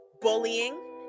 bullying